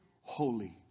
holy